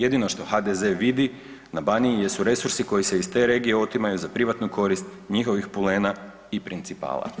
Jedino što HDZ vidi na Baniji jesu resursi koji se iz te regije otimaju za privatnu korist njihovih pulena i principala.